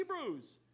Hebrews